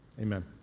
Amen